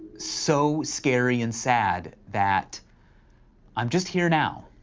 so scary and sad that i'm just here now,